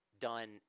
done